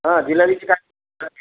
हां जिलबीची काय